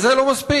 אבל זה לא מספיק,